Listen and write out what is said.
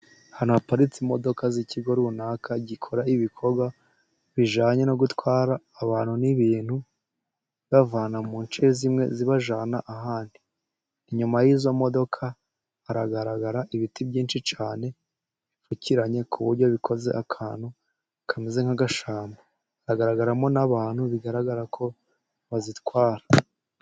Ahantu haparitse imodoka z'ikigo runaka, gikora ibikorwa bijyanye no gutwara abantu n'ibintu, zibavana mu ce zimwe zibajyana ahandi, inyuma y'izo modoka haragaragara ibiti byinshi cyane, bipfukiranye ku buryo bikoze akantu kameze nk'agashyamba, hagaragaramo n'abantu bigaragara ko bazitwara.